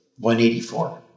184